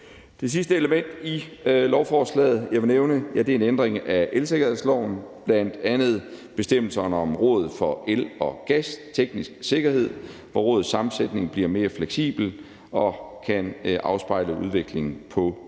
Det sidste element i lovforslaget, jeg vil nævne, er en ændring af elsikkerhedsloven, bl.a. bestemmelserne om Rådet for El- og Gasteknisk Sikkerhed, hvor rådets sammensætning bliver mere fleksibel og kan afspejle udviklingen på området.